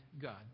God